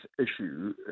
issue